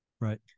Right